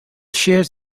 shares